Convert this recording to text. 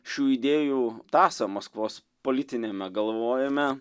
šių idėjų tąsą maskvos politiniame galvojime